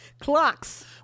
clocks